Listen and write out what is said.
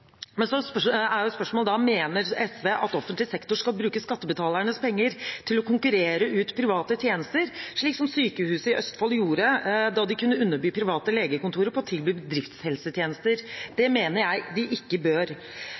Men så er spørsmålet om SV mener at offentlig sektor skal bruke skattebetalernes penger til å konkurrere ut private tjenester, slik som sykehuset i Østfold gjorde da de kunne underby private legekontorer i å tilby bedriftshelsetjenester. Det mener jeg de ikke bør.